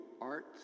Art